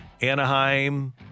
Anaheim